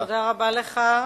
תודה רבה לך.